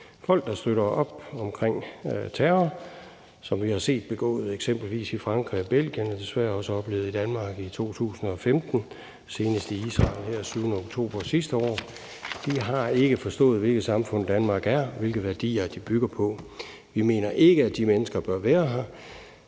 Folk, der støtter op omkring terror, som vi har set begået i eksempelvis Frankrig og Belgien, og som vi desværre også har oplevet i Danmark i 2015, og senest var det i Israel her den 7. oktober sidste år, har ikke forstået, hvilket samfund Danmark er, og hvilke værdier det bygger på. Vi mener ikke, at de mennesker bør være her.